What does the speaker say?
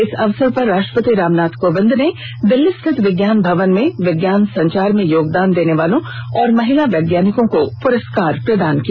इस अवसर पर राष्ट्रपति रामनाथ कोविंद ने दिल्ली स्थित विज्ञान भवन में विज्ञान संचार में योगदान करने वालों और महिला वैज्ञानिकों को पुरस्कार प्रदान किया